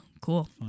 Cool